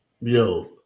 Yo